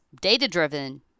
data-driven